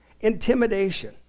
Intimidation